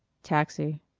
taxi.